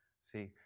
See